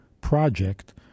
project